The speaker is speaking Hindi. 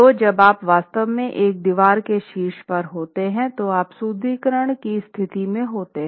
तो जब आप वास्तव में एक दीवार के शीर्ष पर होते हैं तो आप सुदृढीकरण की स्थिति में होते है